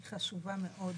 היא חשובה מאוד.